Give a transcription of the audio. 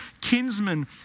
kinsman